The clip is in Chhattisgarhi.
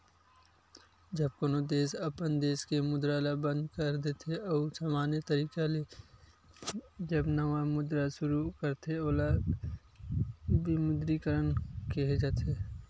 जब कोनो देस अपन देस के मुद्रा ल बंद कर देथे अउ समान्य तरिका ले जब नवा मुद्रा सुरू करथे ओला विमुद्रीकरन केहे जाथे